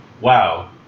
Wow